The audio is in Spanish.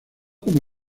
como